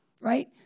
Right